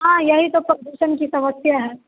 हाँ यही तो प्रदूषण की समस्या है